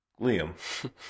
Liam